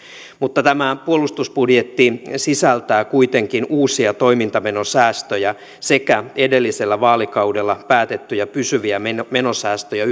mutta tämä puolustusbudjetti sisältää kuitenkin uusia toimintamenosäästöjä sekä edellisellä vaalikaudella päätettyjä pysyviä menosäästöjä